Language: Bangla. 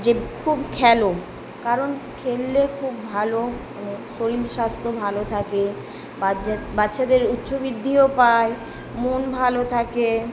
যে খুব খেলো কারণ খেললে খুব ভালো শরীর স্বাস্থ্য ভালো থাকে বাচ্চা বাচ্চাদের উচ্চ বৃদ্ধিও পায় মন ভালো থাকে